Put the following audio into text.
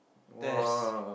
test